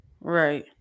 Right